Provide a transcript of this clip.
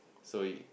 so you